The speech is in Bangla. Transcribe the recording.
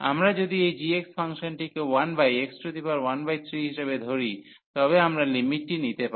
আমরা যদি এই gx ফাংশনটিকে 1x13 হিসাবে ধরি তবে আমরা লিমিটটি নিতে পারি